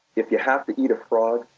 if you have to eat a frog,